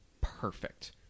perfect